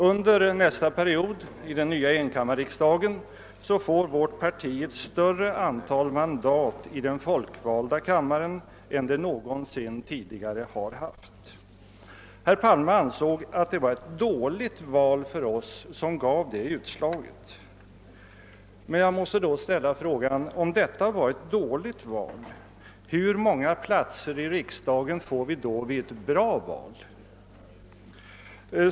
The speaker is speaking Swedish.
Under nästa period i den nya enkammarriksdagen får vårt parti ett större antal mandat i den folkvalda kammaren än det någonsin tidigare har haft. Herr Palme ansåg att det var ett dåligt val för oss som gav det utslaget. Jag måste då ställa frågan: Om detta var ett dåligt val, hur många platser i riksdagen får vi då vid ett bra val?